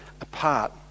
apart